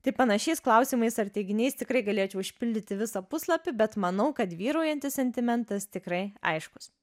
tai panašiais klausimais ar teiginiais tikrai galėčiau užpildyti visą puslapį bet manau kad vyraujantis sentimentas tikrai aiškus